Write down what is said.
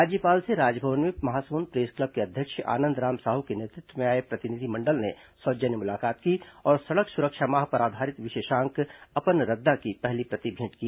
राज्यपाल से राजभवन में महासमुंद प्रेस क्लब के अध्यक्ष आनंदराम साहू के नेतृत्व में आए प्रतिनिधिमंडल ने सौजन्य मुलाकात की और सड़क सुरक्षा माह पर आधारित विशेषांक अपन रद्दा की पहली प्रति भेंट की